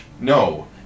No